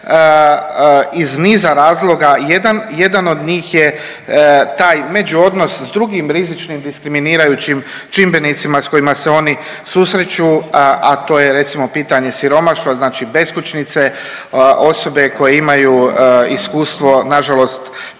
iz niza razloga. Jedan od njih je taj međuodnos s drugim rizičnim diskriminirajućim čimbenicima s kojima se oni susreću, a to je recimo pitanje siromašno znači beskućnice, osobe koje imaju iskustvo nažalost